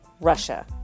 Russia